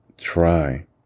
try